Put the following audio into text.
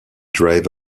drive